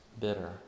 bitter